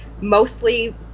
mostly